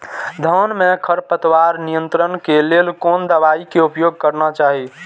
धान में खरपतवार नियंत्रण के लेल कोनो दवाई के उपयोग करना चाही?